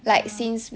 ya